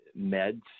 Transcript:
meds